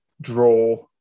draw